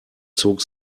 zog